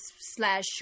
slash